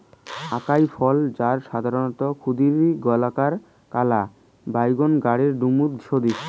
আকাই ফল, যা সাধারণত ক্ষুদিরী, গোলাকার, কালা বাইগোন গাবের ডুমুর সদৃশ